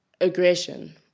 aggression